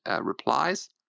replies